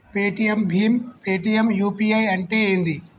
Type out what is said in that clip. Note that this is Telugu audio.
పేటిఎమ్ భీమ్ పేటిఎమ్ యూ.పీ.ఐ అంటే ఏంది?